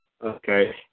Okay